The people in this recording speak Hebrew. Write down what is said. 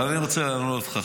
אבל אני רוצה לענות לך,